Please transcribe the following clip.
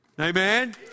Amen